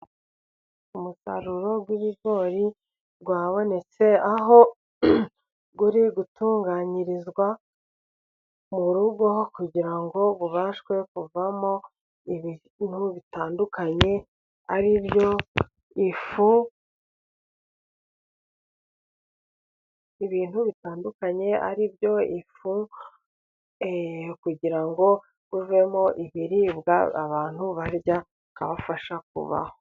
Umusaruro w'ibigori wabonetse, aho uri gutunganyirizwa mu rugo, kugira ngo ubashwe kuvamo ibintu bitandukanye, ari byo ifu, kugira ngo uvemo ibiribwa abantu barya bikabafasha kubaho.